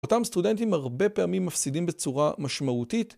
אותם סטודנטים הרבה פעמים מפסידים בצורה משמעותית